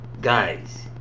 guys